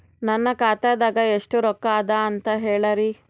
ನನ್ನ ಖಾತಾದಾಗ ಎಷ್ಟ ರೊಕ್ಕ ಅದ ಅಂತ ಹೇಳರಿ?